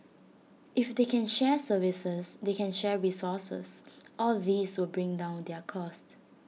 if they can share services they can share resources all these will bring down their cost